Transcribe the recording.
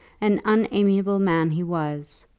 an unamiable man he was,